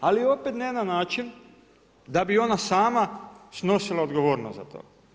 Ali opet ne na način da bi ona sama snosila odgovornost za to.